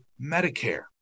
Medicare